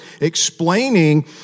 explaining